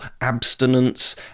abstinence